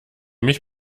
mich